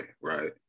right